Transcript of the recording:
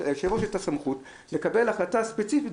ליושב-ראש יש הסמכות לקבל החלטה ספציפית